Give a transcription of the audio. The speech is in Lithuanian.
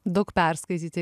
daug perskaityti